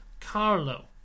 Carlo